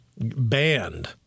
banned